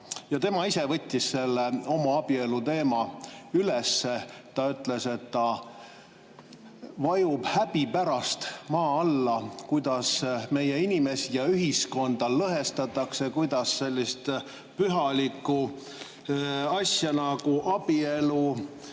ja tema ise võttis selle homoabielu teema üles. Ta ütles, et ta vajub häbi pärast maa alla, kuidas meie inimesi ja ühiskonda lõhestatakse, kuidas sellist püha asja nagu abielu